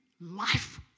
life